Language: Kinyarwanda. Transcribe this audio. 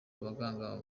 baganga